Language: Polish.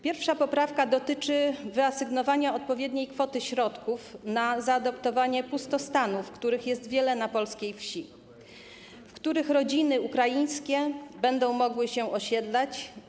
Pierwsza poprawka dotyczy wyasygnowania odpowiedniej kwoty środków na zaadaptowanie pustostanów, których jest wiele na polskich wsiach, w których rodziny ukraińskie będą mogły się osiedlać.